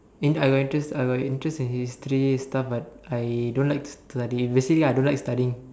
in I got interest I got interest in history stuff like I don't like studying basically I don't like studying